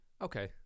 Okay